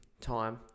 time